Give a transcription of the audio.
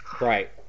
Right